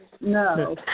No